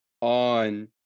on